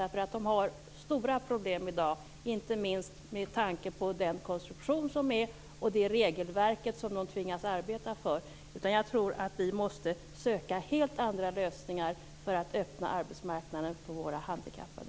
Man har stora problem där i dag, inte minst beroende på den konstruktion som är och det regelverk som man tvingas arbeta efter. Jag tror att vi måste söka helt andra lösningar för att öppna arbetsmarknaden för våra handikappade.